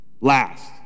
last